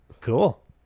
Cool